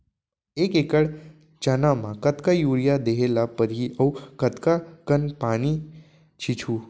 एक एकड़ चना म कतका यूरिया देहे ल परहि अऊ कतका कन पानी छींचहुं?